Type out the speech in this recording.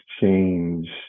change